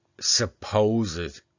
supposed